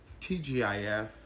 TGIF